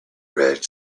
red